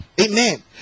Amen